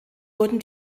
wurden